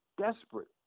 desperate